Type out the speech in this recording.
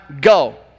go